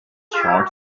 short